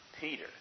Peter